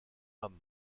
âme